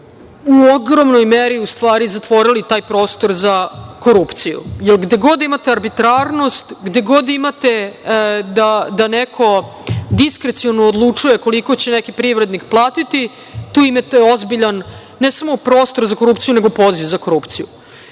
u ogromnoj meri u stvari zatvorili taj prostor za korupciju, jer gde god imate arbitrarnost, gde god imate da neko diskreciono odlučuje koliko će neki privrednik platiti, tu imate ozbiljan ne samo prostor za korupciju, nego poziv za korupciju. Mi